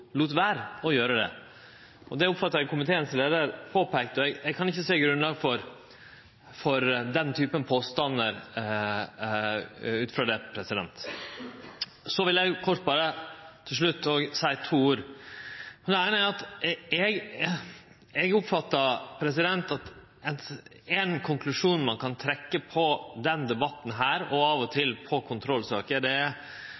lét vere å gjere det. Det oppfatta eg at komitéleiaren påpeikte, og eg kan ikkje sjå noko grunnlag for den typen påstandar ut frå det. Så vil eg kort berre til slutt seie to ord. Det eine er at eg oppfattar at ein konklusjon ein kan trekkje av denne debatten, og av og til i kontrollsaker, er